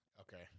Okay